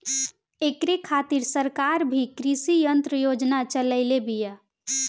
ऐकरे खातिर सरकार भी कृषी यंत्र योजना चलइले बिया